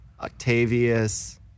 Octavius